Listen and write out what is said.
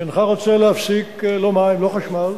שאינך רוצה להפסיק לא מים ולא חשמל,